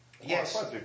Yes